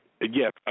Yes